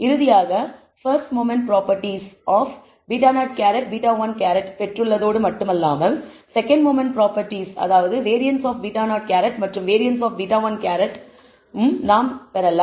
இறுதியாக first moment properties of β̂₀β̂1 பெற்றுள்ளதோடு மட்டுமல்லாமல் செகண்ட் மொமெண்ட் ப்ராப்பர்ட்டிஸ் அதாவது வேரியன்ஸ் ஆப் β̂₀ மற்றும் வேரியன்ஸ் ஆப் β̂1 னும் நாம் பெறலாம்